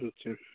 अच्छा